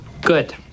Good